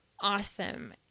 awesome